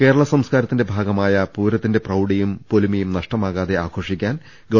കേരള സംസ്കാരത്തിന്റെ ഭാഗമായ പൂരത്തിന്റെ പ്രൌഡിയും പൊലിമയും നഷ്ടമാവാതെ ആഘോഷിക്കാൻ ഗവ